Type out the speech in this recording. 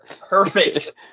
perfect